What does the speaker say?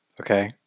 Okay